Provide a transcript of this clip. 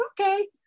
okay